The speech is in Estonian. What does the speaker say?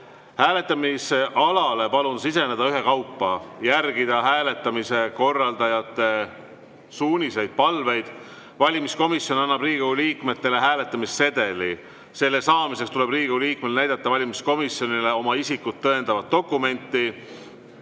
Hääletamisalale palun siseneda ühekaupa, järgida hääletamise korraldajate suuniseid ja palveid. Valimiskomisjon annab Riigikogu liikmele hääletamissedeli. Selle saamiseks tuleb Riigikogu liikmel näidata valimiskomisjonile oma isikut tõendavat dokumenti,